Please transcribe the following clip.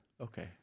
okay